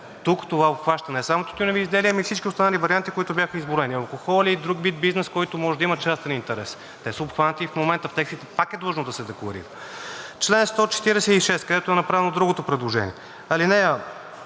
Тук това обхваща не само тютюневи изделия, ами и всички останали варианти, които бяха изброени – алкохоли, друг вид бизнес, който може да има частен интерес. Те са обхванати и в момента, те пак са длъжни да се декларират. Член 146, където е направено другото предложение: